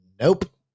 Nope